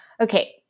Okay